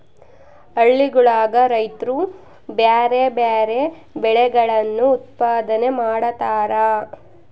ಹಳ್ಳಿಗುಳಗ ರೈತ್ರು ಬ್ಯಾರೆ ಬ್ಯಾರೆ ಬೆಳೆಗಳನ್ನು ಉತ್ಪಾದನೆ ಮಾಡತಾರ